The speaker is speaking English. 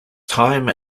time